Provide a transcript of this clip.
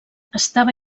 estava